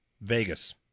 Vegas